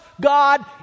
God